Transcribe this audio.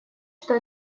что